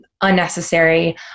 unnecessary